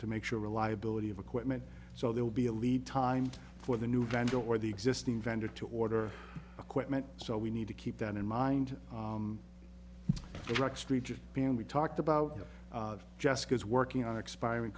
to make sure reliability of equipment so there will be a lead time for the new vendor or the existing vendor to order a quick meant so we need to keep that in mind iraq street just being we talked about jessica's working on expiring